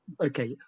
Okay